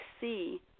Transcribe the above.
see